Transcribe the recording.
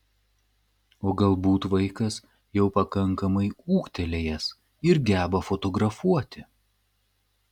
o galbūt vaikas jau pakankamai ūgtelėjęs ir geba fotografuoti